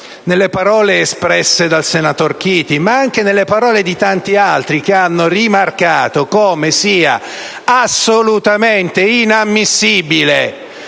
nelle parole espresse dal senatore Chiti, ma anche nelle parole espresse da tanti altri, che hanno rimarcato come sia assolutamente inammissibile,